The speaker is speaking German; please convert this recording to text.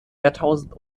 jahrtausend